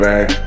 Back